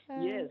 Yes